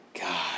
God